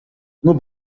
bunu